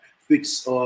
fix